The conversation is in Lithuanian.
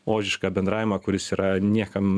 ožišką bendravimą kuris yra niekam